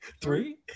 three